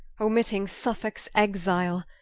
omitting suffolkes exile,